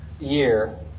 year